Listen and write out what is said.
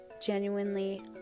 genuinely